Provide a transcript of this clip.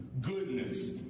goodness